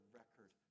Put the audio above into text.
record